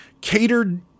catered